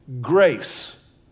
grace